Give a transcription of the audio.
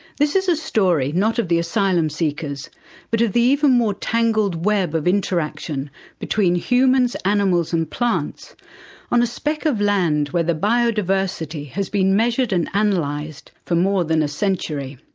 this is a story not of the asylum seekers but of the even more tangled web of interaction between humans, animals and plants on a speck of land where the biodiversity has been measured and and analysed for more than a century.